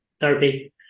therapy